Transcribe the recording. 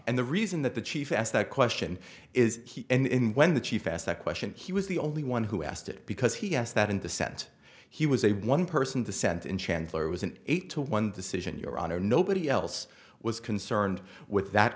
and the reason that the chief asked that question is he and when the chief asked that question he was the only one who asked it because he asked that in the senate he was a one person dissent in chandler it was an eight to one decision your honor nobody else was concerned with that